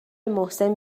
محسن